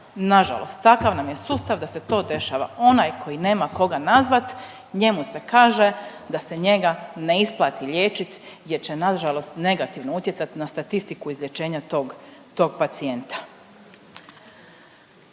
Na žalost, takav nam je sustav. Onaj koji nema koga nazvat njemu se kaže da se njega ne isplati liječiti, jer će na žalost negativno utjecati na statistiku izlječenja tog pacijenta.